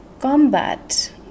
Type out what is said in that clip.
combat